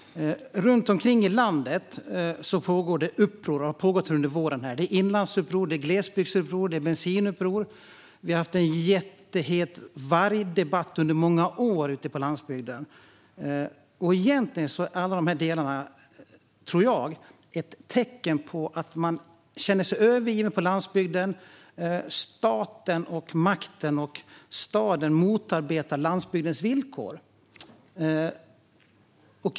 Runt omkring i landet har det pågått uppror under våren: Det är inlandsuppror, glesbygdsuppror och bensinuppror. Vi har under många år haft en jättehet vargdebatt ute på landsbygden. Egentligen är allt detta, tror jag, tecken på att man känner sig övergiven på landsbygden. Staten, makten och staden motarbetar landsbygdens villkor.